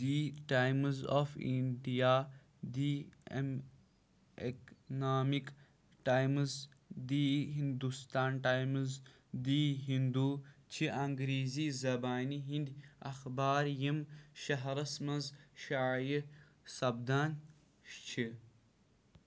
the Times of India, the Economic Times, the Hindustan Times, the Hindu چھِ انگریزی زبانہِ ہِنٛدۍ اخبار یِم شہرس مَنٛز شایعہ سپدان چھِ